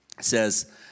says